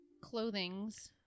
clothings